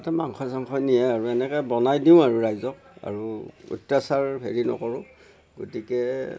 তাতে মাংস চাংস নিয়ে আৰু এনেকৈ বনাই দিওঁ আৰু ৰাইজক আৰু অত্যাচাৰ হেৰি নকৰোঁ গতিকে